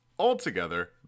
Altogether